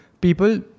people